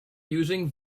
using